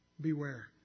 Beware